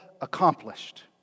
accomplished